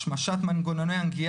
השמשת מנגנוני ---,